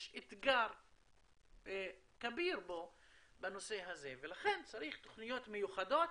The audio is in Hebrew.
יש אתגר כביר בנושא הזה ולכן צריך תוכניות מיוחדות,